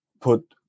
put